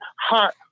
hot